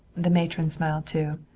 the matron smiled too.